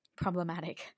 problematic